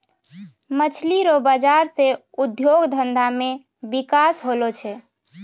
मछली रो बाजार से उद्योग धंधा मे बिकास होलो छै